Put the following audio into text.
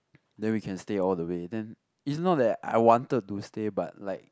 then we can stay all the way then it's not that I wanted to stay but like